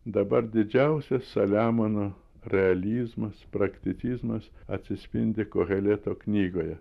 dabar didžiausias saliamono realizmas prakticizmas atsispindi koheleto knygoje